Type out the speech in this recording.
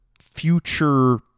future